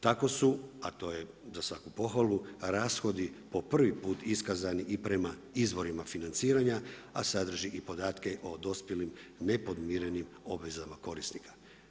Tako su, a to je za svaku pohvalu rashodi po prvi put iskazani i prema izvorima financiranja, a sadrži i podatke o dospjelim nepodmirenim obvezama korisnika.